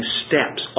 steps